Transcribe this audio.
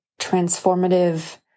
transformative